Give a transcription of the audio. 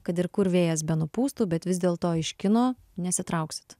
kad ir kur vėjas benupūstų bet vis dėlto iš kino nesitrauksit